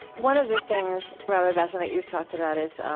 one of the things, rabbi bassin, that you've talked about is, um